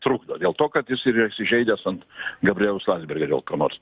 trukdo dėl to kad jis yra įsižeidęs ant gabrieliaus landsbergio dėl ko nors